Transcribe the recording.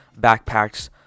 backpacks